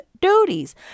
duties